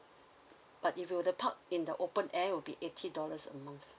but if you were to park in the open air would be eighty dollars a month